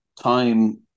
time